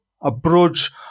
approach